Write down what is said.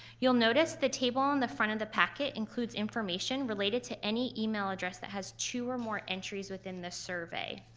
you'll notice the table in the front of the packet includes information related to any email address that has two or more entries in the survey.